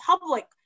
public